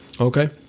okay